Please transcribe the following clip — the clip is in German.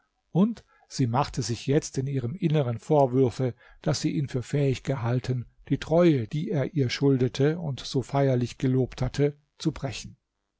und sie machte sich jetzt in ihrem inneren vorwürfe daß sie ihn für fähig gehalten die treue die er ihr schuldete und so feierlich gelobt hatte zu brechen